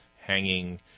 hanging